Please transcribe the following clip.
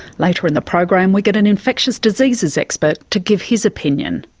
later in the program we get an infectious diseases expert to give his opinion.